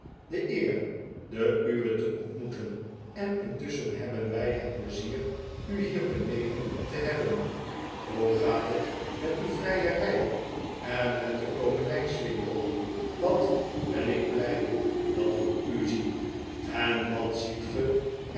de eer den u wen te ontmoeten en intusschen hebben wij het pleizier u hier beneden te hebben hoe gaat het met uw vrijerij en met den komenijswinkel wat ben ik blij dat ik u zie en wat ziet gij